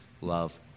love